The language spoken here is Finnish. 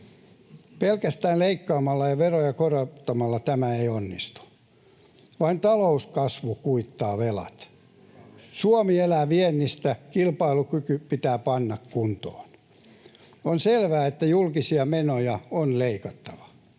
Pelkästään leikkaamalla ja veroja korottamalla tämä ei onnistu. Vain talouskasvu kuittaa velat. Suomi elää viennistä. Kilpailukyky pitää panna kuntoon. On selvää, että julkisia menoja on leikattava.